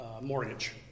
mortgage